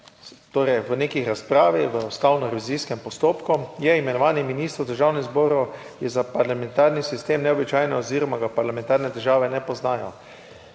Torej v neki razpravi v ustavno revizijskem postopku je imenovanje ministrov v državnem zboru je za parlamentarni sistem neobičajno oziroma ga parlamentarne države ne poznajo.